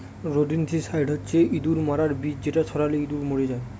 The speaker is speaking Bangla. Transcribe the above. রোদেনটিসাইড হচ্ছে ইঁদুর মারার বিষ যেটা ছড়ালে ইঁদুর মরে যায়